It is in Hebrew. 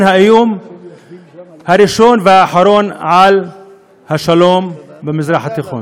האיום הראשון והאחרון על השלום במזרח התיכון.